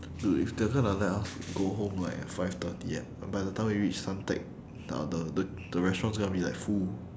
dude if they're going to let us go home like at five thirty at by the time we reach suntec the the the the restaurant's gonna be like full